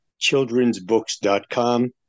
childrensbooks.com